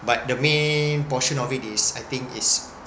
but the main portion of it is I think is